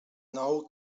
nou